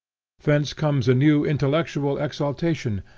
thence comes a new intellectual exaltation,